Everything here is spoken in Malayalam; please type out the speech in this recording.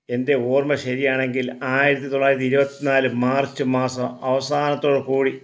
എൻ്റെ ഓർമ്മ ശരിയാണെങ്കിൽ ആയിരത്തി തൊള്ളായിരത്തി ഇരുപത്തി നാല് മാർച്ച് മാസം അവസാനത്തോട് കൂടി